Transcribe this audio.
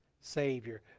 Savior